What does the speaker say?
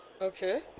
Okay